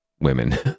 women